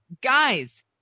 guys